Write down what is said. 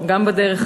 גם בדרך,